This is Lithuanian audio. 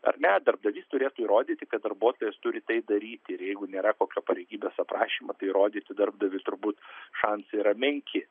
ar ne darbdavys turėtų įrodyti kad darbuotojas turi tai daryti ir jeigu nėra kokia pareigybės aprašymo tai įrodyti darbdaviui turbūt šansai yra menki